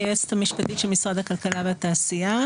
היועצת המשפטית של משרד הכלכלה והתעשייה.